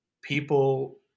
people